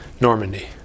Normandy